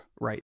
right